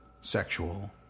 sexual